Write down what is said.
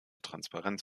transparenz